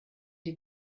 die